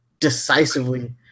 decisively